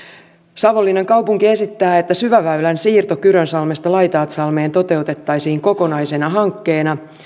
savonlinnan kaupunki esittää että syväväylän siirto kyrönsalmesta laitaatsalmeen toteutettaisiin kokonaisena hankkeena